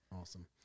Awesome